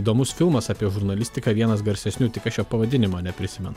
įdomus filmas apie žurnalistiką vienas garsesnių tik aš jo pavadinimo neprisimenu